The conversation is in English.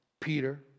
Peter